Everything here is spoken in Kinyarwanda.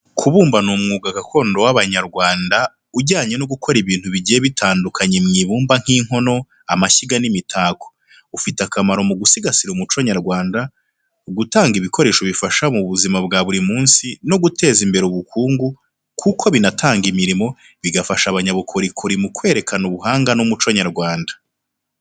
Kubumba ni umwuga gakondo w’abanyarwanda ujyanye no gukora ibintu bigiye bitandukanye mu ibumba, nk’inkono, amashyiga, n’imitako. Ufite akamaro mu gusigasira umuco nyarwanda, gutanga ibikoresho bifasha mu buzima bwa buri munsi, no guteza imbere ubukungu kuko binatanga imirimo, bigafasha abanyabukorikori mu kwerekana ubuhanga n’umuco nyarwanda.